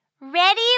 ready